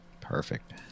perfect